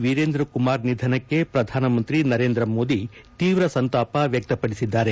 ವಿರೇಂದ್ರ ಕುಮಾರ್ ನಿಧನಕ್ಕೆ ಪ್ರಧಾನಮಂತ್ರಿ ನರೇಂದ್ರ ಮೋದಿ ತೀವ್ರ ಸಂತಾಪ ವ್ನಕ್ತಪಡಿಸಿದ್ದಾರೆ